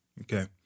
Okay